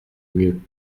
mieux